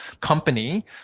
company